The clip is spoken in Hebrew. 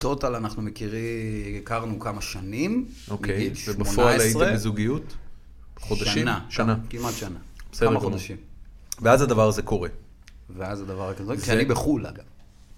Total אנחנו מכירים, הכרנו כמה שנים. אוקיי, שמונה עשרה, ובפועל הייתם בזוגיות? חודשים? שנה. כמעט שנה. כמה חודשים. ואז הדבר הזה קורה. ואז הדבר הזה קורה. כי אני בחו"ל, אגב.